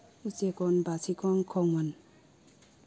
ꯎꯆꯦꯛꯀꯣꯟ ꯕꯥꯁꯤꯈꯣꯡ ꯈꯣꯡꯃꯟ